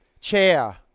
chair